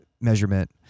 measurement